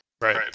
Right